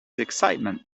excitement